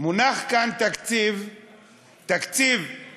מונח כאן תקציב פיקציה,